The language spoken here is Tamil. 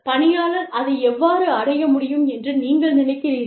பணியாளர் அதை எவ்வாறு அடைய முடியும் என்று நீங்கள் நினைக்கிறீர்கள்